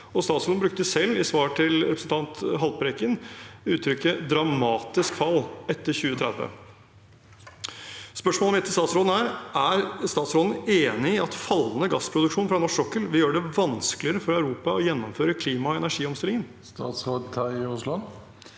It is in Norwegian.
Statsråden brukte selv i svar til representanten Haltbrekken uttrykket «dramatisk» fall etter 2030. Spørsmålet mitt til statsråden er: Er statsråden enig i at fallende gassproduksjon fra norsk sokkel vil gjøre det vanskeligere for Europa å gjennomføre klima- og energiomstillingen? Statsråd Terje Aasland